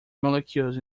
molecules